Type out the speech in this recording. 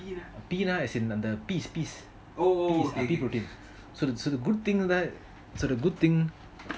pea lah is in the peas peas peas pea protein so the so the good thing so the good thing